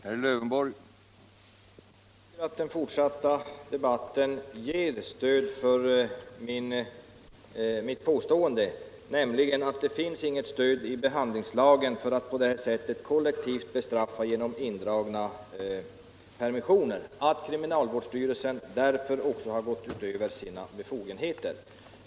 Herr talman! Jag tycker att den fortsatta debatten har givit belägg för riktigtheten i mitt påstående att det inte finns något stöd i behand 17 lingslagen för att på detta sätt kollektivt bestraffa genom indragna permissioner och att kriminalvårdsstyrelsen därför har gått utöver sina befogenheter.